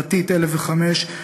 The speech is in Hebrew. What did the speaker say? פ/1005,